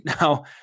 Now